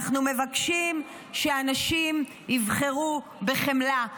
אנחנו מבקשים שאנשים יבחרו בחמלה,